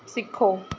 ਸਿੱਖੋ